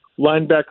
linebacker